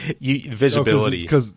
visibility